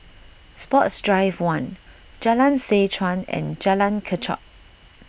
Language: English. Sports Drive one Jalan Seh Chuan and Jalan Kechot